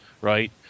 right